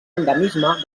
endemisme